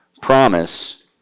promise